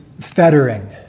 fettering